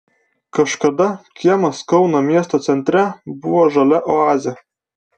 kažkada kiemas kauno miesto centre buvo žalia oazė